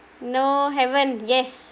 no haven't yes